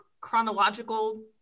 chronological